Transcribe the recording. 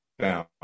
down